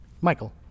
Michael